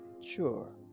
sure